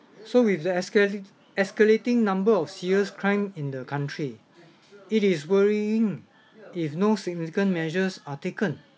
so with the escalate~ escalating number of serious crime in the country it is worrying if no significant measures are taken